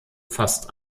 fast